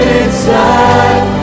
inside